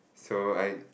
so I